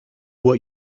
what